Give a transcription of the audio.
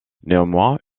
néanmoins